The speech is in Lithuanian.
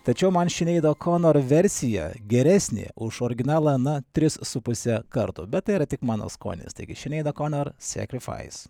tačiau man šineido konoro versija geresnė už originalą na tris su puse karto bet tai yra tik mano skonis taigi šineida konor sekrifais